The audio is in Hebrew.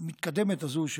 המתקדמת הזאת,